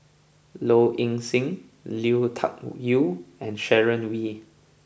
Low Ing Sing Lui Tuck Yew and Sharon Wee